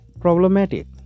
problematic